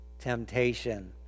temptation